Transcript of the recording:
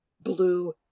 blue